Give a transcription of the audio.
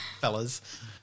Fellas